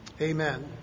amen